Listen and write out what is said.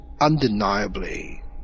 undeniably